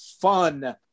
fun